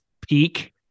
peak